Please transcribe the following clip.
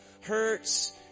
hurts